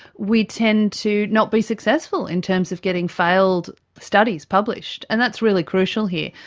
we tend to not be successful in terms of getting failed studies published. and that's really crucial here,